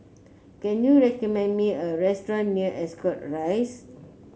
can you recommend me a restaurant near Ascot Rise